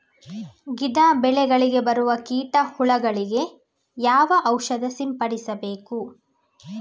ಗಿಡ, ಬೆಳೆಗಳಿಗೆ ಬರುವ ಕೀಟ, ಹುಳಗಳಿಗೆ ಯಾವ ಔಷಧ ಸಿಂಪಡಿಸಬೇಕು?